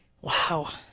Wow